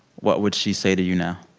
what would she say to you now?